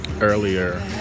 earlier